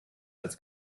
als